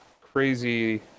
crazy